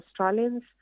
Australians